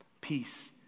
peace